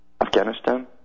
Afghanistan